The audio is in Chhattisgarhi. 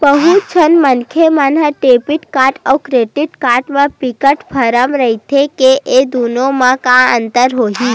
बहुत झन मनखे मन ह डेबिट कारड अउ क्रेडिट कारड म बिकट भरम रहिथे के ए दुनो म का अंतर होही?